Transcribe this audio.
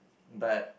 but